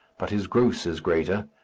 but his gross is greater,